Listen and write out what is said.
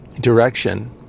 direction